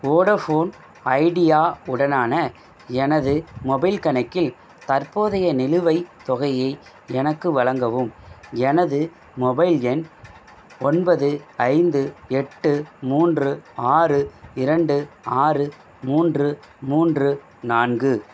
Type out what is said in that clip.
Vodafone Idea உடனான எனது mobile கணக்கில் தற்போதைய நிலுவைத் தொகையை எனக்கு வழங்கவும் எனது மொபைல் எண் ஒன்பது ஐந்து எட்டு மூன்று ஆறு இரண்டு ஆறு மூன்று மூன்று நான்கு